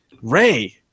Ray